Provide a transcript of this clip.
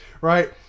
Right